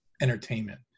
entertainment